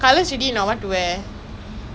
one month but I don't know when